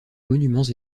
monuments